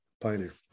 pioneer